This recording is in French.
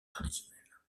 traditionnelles